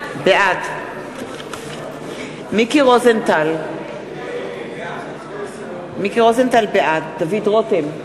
בעד מיקי רוזנטל, בעד דוד רותם,